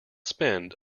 spend